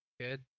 Good